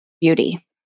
beauty